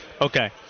okay